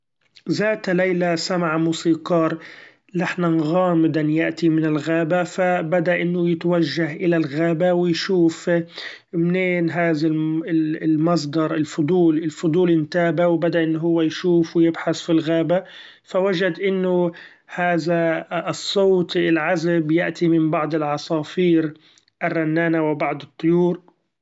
ذات ليلة سمع موسيقار لحنا غامضا يأتي من الغابة! ف بدأ إنه يتوچه الى الغابة ويشوف منين هذا المصدر، الفضول-الفضول إنتابه وبدأ إن هو يشوف ويبحث في الغابة ، ف وچد إنه هذا الصوت العذب يأتي من بعض العصافير الرنإنة وبعض الطيور!